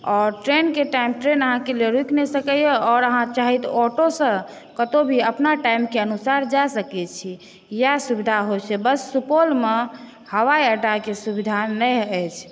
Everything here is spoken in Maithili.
आओर ट्रेनके टाइम ट्रेन अहाँकेॅं रुकि नहि सकैया आओर अहाँ चाही तऽ ऑटोसँ कतहुँ भी अपना टाइमके अनुसार जा सकै छी इएह सुविधा होइ छै बस सुपौलमे हवाईअड्डाके सुविधा नहि अछि